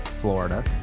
Florida